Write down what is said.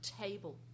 table